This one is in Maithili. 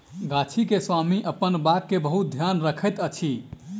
गाछी के स्वामी अपन बाग के बहुत ध्यान रखैत अछि